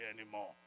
anymore